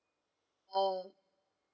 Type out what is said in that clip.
orh